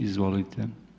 Izvolite.